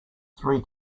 three